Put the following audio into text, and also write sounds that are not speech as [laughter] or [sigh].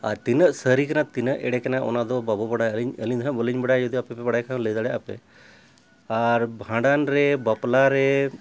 ᱟᱨ ᱛᱤᱱᱟᱹᱜ ᱥᱟᱹᱨᱤ ᱠᱟᱱᱟ ᱛᱤᱱᱟᱹᱜ ᱮᱲᱮ ᱠᱟᱱᱟ ᱚᱱᱟᱫᱚ ᱵᱟᱵᱚᱱ ᱵᱟᱲᱟᱭᱟ [unintelligible] ᱟᱹᱞᱤᱧ ᱦᱟᱜ ᱵᱟᱹᱞᱤᱧ ᱵᱟᱲᱟᱭᱟ ᱡᱩᱫᱤᱭᱳ ᱟᱯᱮᱼᱯᱮ ᱵᱟᱲᱟᱭ ᱠᱷᱟᱱ ᱞᱟᱹᱭ ᱫᱟᱲᱮᱭᱟᱜᱼᱟᱯᱮ ᱟᱨ ᱵᱷᱟᱸᱰᱟᱱ ᱨᱮ ᱵᱟᱯᱞᱟ ᱨᱮ